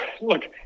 look